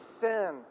sin